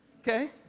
Okay